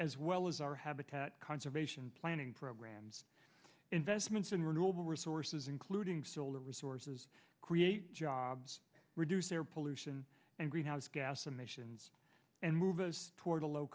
as well as our habitat conservation planning programs investments in renewable resources including solar resources create jobs reduce air pollution and greenhouse gas emissions and move us toward a low